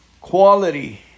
quality